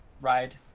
ride